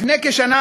לפני כשנה,